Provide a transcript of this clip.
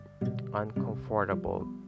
uncomfortable